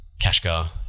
Kashgar